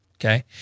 okay